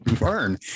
learn